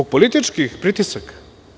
Zbog političkih pritisaka?